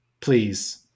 please